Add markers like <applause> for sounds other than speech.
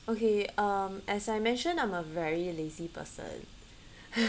okay um as I mentioned I'm a very lazy person <laughs>